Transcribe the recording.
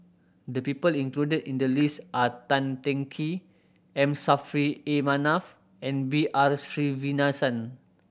the people included in the list are Tan Teng Kee M Saffri A Manaf and B R Sreenivasan